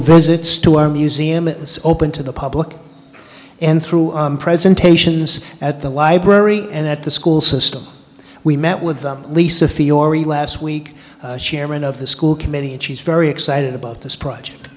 visits to our museum it is open to the public and through presentations at the library and at the school system we met with them lisa fiore last week chairman of the school committee and she's very excited about this project